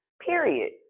period